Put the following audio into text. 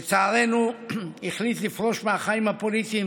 לצערנו הוא החליט לפרוש מהחיים הפוליטיים